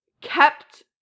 kept